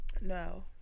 No